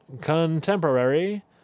Contemporary